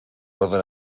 orden